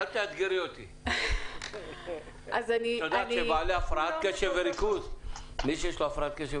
תתייחס בהמשך לעסקים